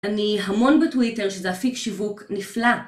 אני המון בטוויטר שזה אפיק שיווק נפלא.